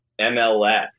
MLS